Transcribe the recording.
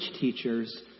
teachers